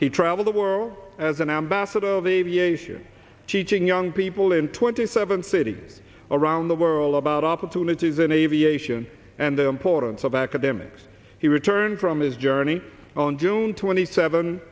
he traveled the world as an ambassador of the v a issue teaching young people in twenty seven cities around the world about opportunities in aviation and the importance of academics he returned from his journey on june twenty seven